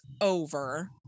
over